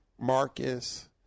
Marcus